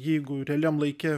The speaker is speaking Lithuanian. jeigu realiam laike